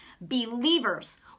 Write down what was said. Believers